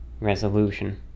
resolution